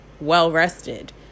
well-rested